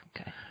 Okay